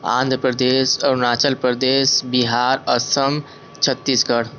Andhra Pradesh Arunachal Pradesh Bihar Assam Chhattisgarh